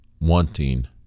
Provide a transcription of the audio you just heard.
wanting